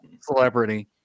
celebrity